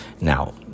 Now